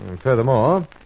furthermore